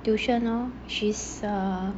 tuition lor she's err